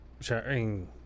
sharing